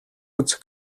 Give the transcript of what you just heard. үзэх